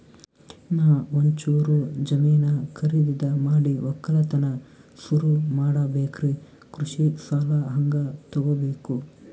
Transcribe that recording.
ನಾ ಒಂಚೂರು ಜಮೀನ ಖರೀದಿದ ಮಾಡಿ ಒಕ್ಕಲತನ ಸುರು ಮಾಡ ಬೇಕ್ರಿ, ಕೃಷಿ ಸಾಲ ಹಂಗ ತೊಗೊಬೇಕು?